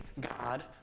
God